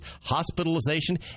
hospitalization